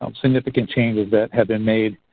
um significant changes that have been made,